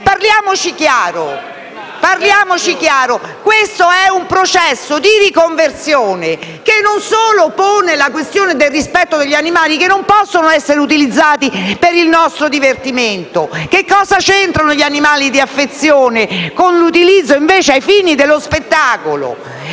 Parliamoci chiaro: questo è un processo di riconversione che non pone soltanto la questione del rispetto degli animali, che non possono essere utilizzati per il nostro divertimento. Ma cosa c'entrano gli animali di affezione con il loro utilizzo a fini di spettacolo?